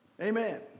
Amen